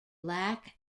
lack